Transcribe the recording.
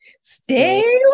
Stay